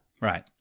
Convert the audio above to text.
Right